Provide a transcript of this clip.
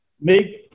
make